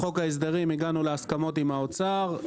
במסגרת חוק ההסדרים הגענו להסכמות עם האוצר,